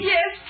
Yes